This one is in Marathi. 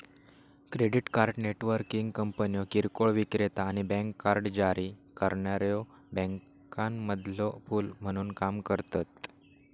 क्रेडिट कार्ड नेटवर्किंग कंपन्यो किरकोळ विक्रेता आणि बँक कार्ड जारी करणाऱ्यो बँकांमधलो पूल म्हणून काम करतत